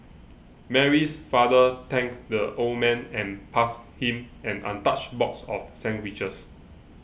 Mary's father thanked the old man and passed him an untouched box of sandwiches